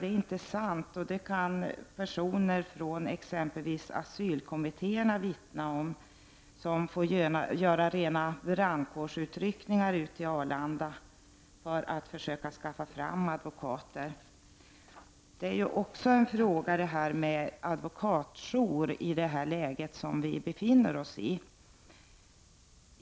Det är inte sant, och det kan personer från exempelvis asylkommittéerna vittna om; de får ibland göra rena brandkårsutryckningar till Arlanda, för att försöka skaffa fram advokater. I det läge som vi nu befinner oss i är också frågan om advokatjour aktuell.